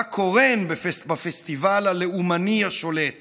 אתה קורן בפסטיבל הלאומני השולט